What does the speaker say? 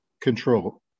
control